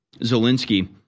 Zelensky